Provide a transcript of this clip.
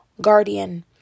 guardian